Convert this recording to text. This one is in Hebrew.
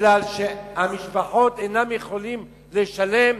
בגלל שהמשפחות אינן יכולות לשלם